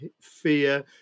fear